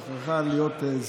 מדובר פה על דיינים,